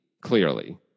clearly